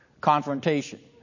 confrontation